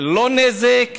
לא נזק